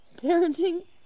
parenting